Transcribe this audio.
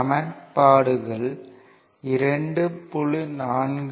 சமன்பாடுகள் 2